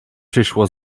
przyszło